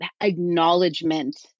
acknowledgement